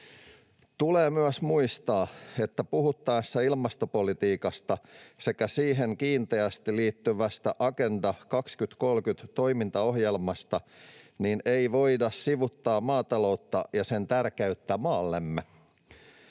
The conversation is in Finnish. Tulee myös muistaa, että puhuttaessa ilmastopolitiikasta sekä siihen kiinteästi liittyvästä Agenda 2030 ‑toimintaohjelmasta ei voida sivuuttaa maataloutta ja sen tärkeyttä maallemme.